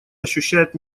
ощущает